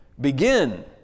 begin